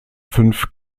fünf